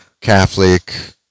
Catholic